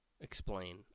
Explain